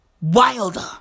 Wilder